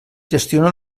gestiona